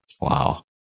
Wow